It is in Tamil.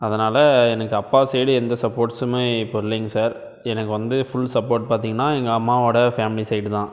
அதனால் எனக்கு அப்பா சைட் எந்த சப்போட்ஸ்ஸுமே இப்போது இல்லைங்க சார் எனக்கு வந்து ஃபுல் சப்போட் பார்த்திங்கன்னா எங்க அம்மாவோட ஃபேம்லி சைடு தான்